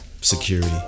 security